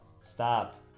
stop